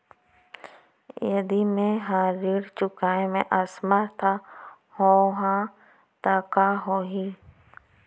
यदि मैं ह ऋण चुकोय म असमर्थ होहा त का होही?